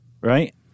right